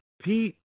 Pete